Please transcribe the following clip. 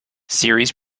series